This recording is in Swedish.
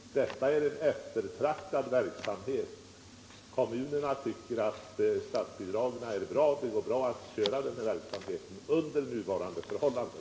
Detta är en eftertraktad verksamhet. Kommunerna tycker att statsbidragen är bra och att det går bra att bedriva verksamheten under nuvarande förhållanden.